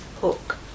hook